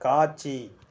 காட்சி